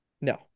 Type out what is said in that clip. No